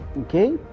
Okay